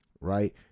Right